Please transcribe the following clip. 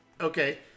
Okay